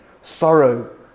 sorrow